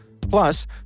Plus